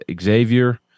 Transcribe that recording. Xavier